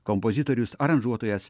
kompozitorius aranžuotojas